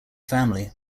family